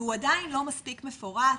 והוא עדיין לא מספיק מפורט,